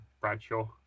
Bradshaw